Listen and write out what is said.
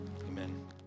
Amen